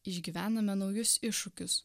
išgyvename naujus iššūkius